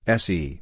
se